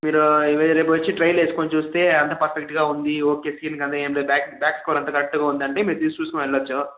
మీరు రేపు వచ్చి ట్రయిల్ వేసుకొని చూస్తే అంత పర్ఫెక్ట్గా ఉంది ఓకే ఫీల్ కాని ఏం లేదు బ్యాక్ బ్యాక్ స్కోర్ అంత కరెక్ట్గా ఉందంటే మీరు తీసి చూసుకొని వెళ్ళవచ్చు